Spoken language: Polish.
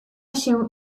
się